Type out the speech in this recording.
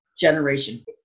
generation